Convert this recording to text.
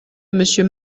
monsieur